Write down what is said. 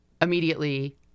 immediately